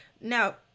now